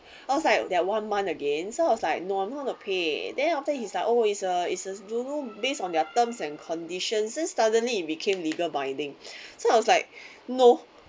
I was like their one month again so I was like no I'm not going to pay then after that he's like oh is a is a don't know based on their terms and conditions then suddenly became legal binding so I was like no